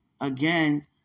again